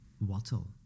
wattle